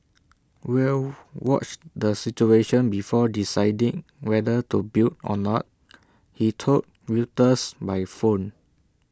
we'll watch the situation before deciding whether to build or not he told Reuters by phone